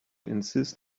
insist